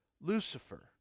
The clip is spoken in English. Lucifer